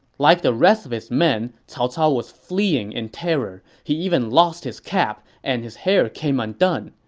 like the rest of his men, cao cao was fleeing in terror. he even lost his cap and his hair came undone.